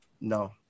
no